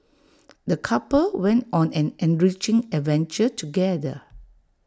the couple went on an enriching adventure together